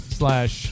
slash